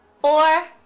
four